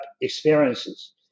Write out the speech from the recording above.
experiences